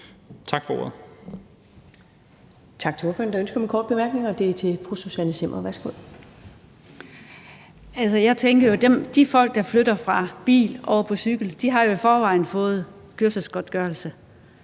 Tak for ordet.